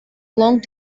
long